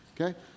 Okay